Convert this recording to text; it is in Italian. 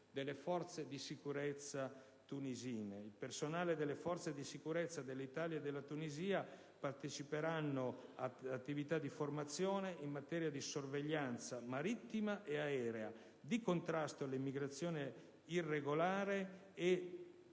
Il personale delle forze di sicurezza dell'Italia e della Tunisia parteciperà alle attività di formazione in materia di sorveglianza marittima ed aerea, di contrasto all'immigrazione irregolare e